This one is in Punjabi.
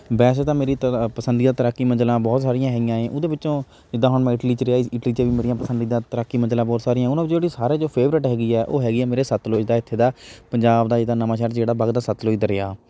ਵੈਸੇ ਤਾਂ ਮੇਰੀ ਤਰਾ ਪਸੰਦੀਦਾ ਤੈਰਾਕੀ ਮੰਜਲਾਂ ਬਹੁਤ ਸਾਰੀਆਂ ਹੈਗੀਆਂ ਏ ਉਹਦੇ ਵਿੱਚੋਂ ਜਿੱਦਾਂ ਹੁਣ ਮੈਂ ਇਟਲੀ 'ਚ ਰਿਹਾ ਇਟਲੀ 'ਚ ਵੀ ਮੇਰੀਆਂ ਪਸੰਦੀਦਾ ਤੈਰਾਕੀ ਮੰਜਲਾਂ ਬਹੁਤ ਸਾਰੀਆਂ ਉਹਨਾਂ ਵਿੱਚੋਂ ਜਿਹੜੀ ਸਾਰਿਆਂ 'ਚੋਂ ਫੇਵਰੇਟ ਹੈਗੀ ਹੈ ਉਹ ਹੈਗੀ ਹੈ ਮੇਰੇ ਸਤਲੁਜ ਦਾ ਇੱਥੇ ਦਾ ਪੰਜਾਬ ਦਾ ਜਿੱਦਾਂ ਨਵਾਂਸ਼ਹਿਰ ਜਿਹੜਾ ਵੱਗਦਾ ਸਤਲੁਜ ਦਰਿਆ